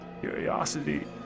curiosity